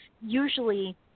usually